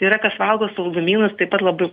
yra kas valgo saldumynus taip pat labiau